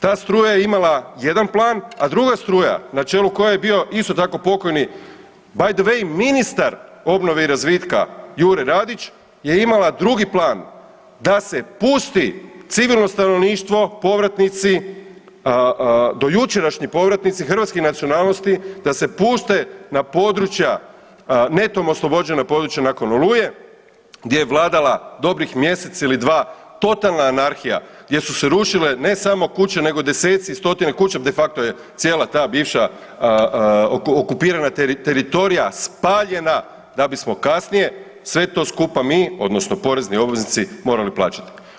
Ta struja je imala jedan plan, a druga struja na čelu koje je bio isto tako pokojni bajdvej ministar obnove i razvitka Jure Radić je imala drugi plan da se pusti civilno stanovništvo povratnici, dojučerašnji povratnici hrvatske nacionalnosti da se puste na područja netom oslobođena područja nakon Oluje gdje je vladala dobrih mjesec ili dva totalna anarhija gdje su se rušile ne samo kuće, nego deseci i stotine kuća de facto je cijela ta bivša okupirana teritorija spaljena da bismo kasnije sve to skupa mi odnosno porezni obveznici morali plaćati.